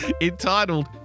entitled